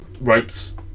ropes